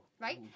Right